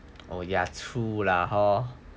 oh ya true lah hor